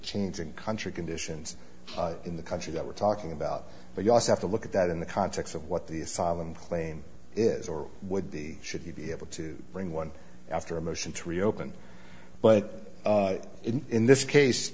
changing country conditions in the country that we're talking about but you also have to look at that in the context of what the asylum claim is or would be should you be able to bring one after a motion to reopen but in this case